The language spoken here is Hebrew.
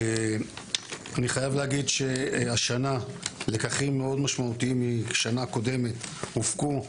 אני חייב להגיד שהשנה לקחים משמעותיים מאוד מן השנה הקודמת הופקו.